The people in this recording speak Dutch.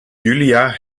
julia